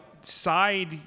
side